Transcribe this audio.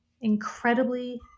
incredibly